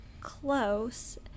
close